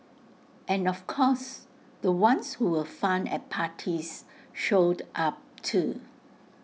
and of course the ones who were fun at parties showed up too